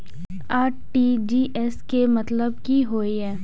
RTGS के मतलब की होय ये?